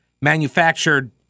manufactured